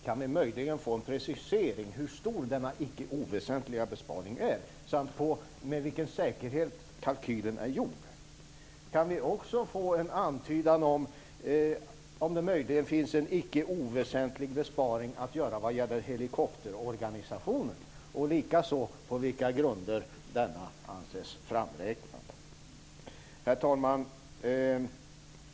Kan vi möjligen få en precisering av hur stor denna icke oväsentliga besparing är och ett besked om med vilken säkerhet kalkylen är gjord? Kan vi också få en antydan om det möjligen finns en icke oväsentlig besparing att göra vad gäller helikopterorganisationen och en antydan om på vilka grunder denna anses framräknad? Herr talman!